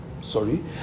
sorry